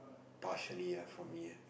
partially ah for me